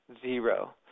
Zero